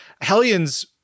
Hellions